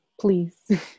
please